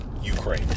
Ukraine